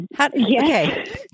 Okay